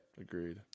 Agreed